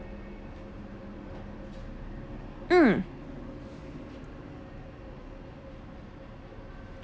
mm